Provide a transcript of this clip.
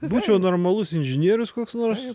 būčiau normalus inžinierius koks nors